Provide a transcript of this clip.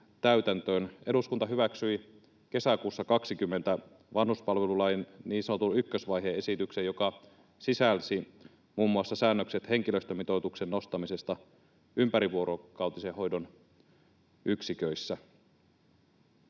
Eduskunta hyväksyi kesäkuussa 2020 vanhuspalvelulain niin sanotun ykkösvaiheen esityksen, joka sisälsi muun muassa säännökset henkilöstömitoituksen nostamisesta ympärivuorokautisen hoidon yksiköissä.